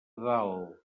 dalt